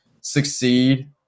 succeed